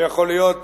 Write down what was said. זה יכול להיות